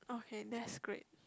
okay that's great